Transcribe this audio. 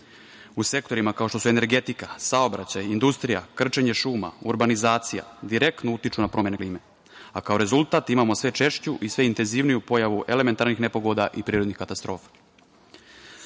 u sektorima kao što su energetika, saobraćaj i industrija, krčenje šuma, urbanizacija, direktno utiču na promene klime, a kao rezultat imamo sve češću i sve intenzivniju pojavu elementarnih nepogoda i prirodnih katastrofa. Dakle,